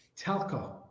Telco